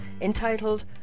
entitled